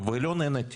לא נהניתי